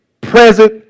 present